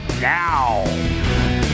now